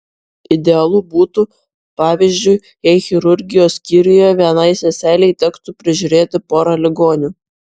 idealu būtų pavyzdžiui jei chirurgijos skyriuje vienai seselei tektų prižiūrėti porą ligonių